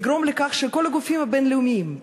לגרום לכך שכל הגופים הבין-לאומיים,